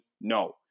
No